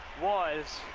was